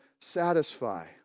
satisfy